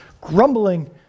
grumbling